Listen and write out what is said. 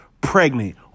pregnant